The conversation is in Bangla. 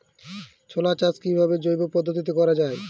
ছোলা চাষ কিভাবে জৈব পদ্ধতিতে করা যায়?